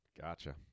Gotcha